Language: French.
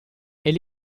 elle